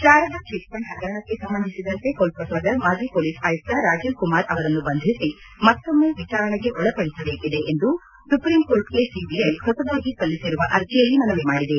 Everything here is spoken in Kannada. ಶಾರದ ಚಿಟ್ಫಂಡ್ ಪಗರಣಕ್ಕೆ ಸಂಬಂಧಿಸಿದಂತೆ ಕೊಲ್ಕತಾದ ಮಾಜಿ ಪೊಲೀಸ್ ಆಯುಕ್ತ ರಾಜೀವ್ ಕುಮಾರ್ ಅವರನ್ನು ಬಂಧಿಸಿ ಮತ್ತೊಮ್ಮೆ ವಿಚಾರಣೆಗೆ ಒಳಪಡಿಸಬೇಕಿದೆ ಎಂದು ಸುಪ್ರೀಂಕೋರ್ಟ್ಗೆ ಸಿಬಿಐ ಹೊಸದಾಗಿ ಸಲ್ಲಿಸಿರುವ ಅರ್ಜೆಯಲ್ಲಿ ಮನವಿ ಮಾಡಿದೆ